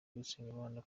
usengimana